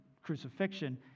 crucifixion